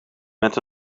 met